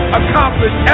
accomplish